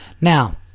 Now